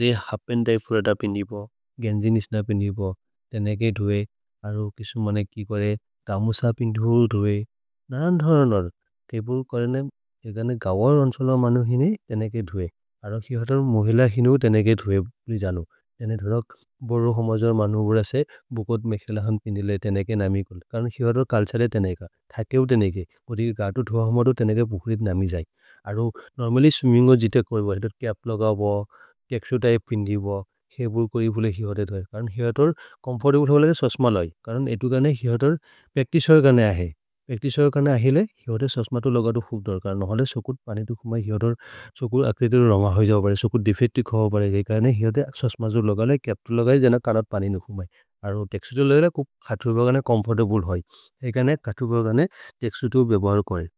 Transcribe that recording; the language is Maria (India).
रे हपेन् दै फुरत् अपिन् जिपो, गेन्जिन् इस्न अपिन् जिपो, तेनेगे धुए। अरु किसुमे मेने के खेबुरे, गमुसपिन् धुल् धुए, ननन् रन रन। तेपुर् करेने गद्वे रन गवर् अन्सल मनुहिनि तेनेगे धुए, अरु किसुमे मेने के धुए रन। जेने दुरक् बुरुल् होमोजर् मनुहुर से बुकोत् मेखेल हन् पिनिले तेनेगे नमिकुल्। करुन् किसुमे खेबुरे कल्सरे तेनेगे, थ केबुरे तेनेगे। कोरि गद्दु धुअ मनु तेनेगे पुहुरित् नमिकुल्। अरु नोर्मलन् सुमिन्गो जितक् बुरुल्, क्यप्लगव, केक्सु त्य्पे पिनिले, किसुमे बुरुल् ए खेबुरे तेनेगे धुए। करुन् किसुमे खेबुरे कोम्फोर्तिभुल् हले सस्मलै, करुन् एदु गने किसुमे खेबुरे, पेक्तिस्वे गने अहे। पेक्तिस्वे गने अहे ले हि होदे सस्मलु लगदु फुक् धुल् गने। नहले सुकुत् पनिदुक् हुम हि होदुर् सुकुत् अक्रितुर् रम है जवरे। सुकुत् दिफेत् दिखवरे गने, हि होदे सस्मलु लगले, केप्तु लगरे जन करत् पनिदुक् हुम हि। अरु तेक्क्सु तु लगले कुक् खत्रु बगने कोम्फोर्तिभुल् हले, हि गने खत्रु बगने तेक्क्सु तु भेबुरे करे।